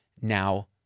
now